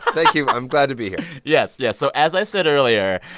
ah thank you. i'm glad to be here yes. yeah. so as i said earlier,